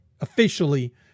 officially